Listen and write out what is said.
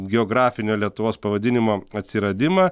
geografinio lietuvos pavadinimo atsiradimą